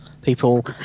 people